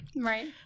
Right